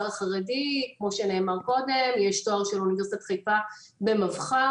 כמו שנאמר קודם יש תואר של אוניברסיטת חיפה במבח"ר.